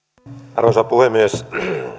arvoisa puhemies